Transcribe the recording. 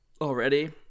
already